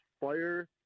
fire